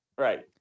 right